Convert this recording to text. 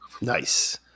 Nice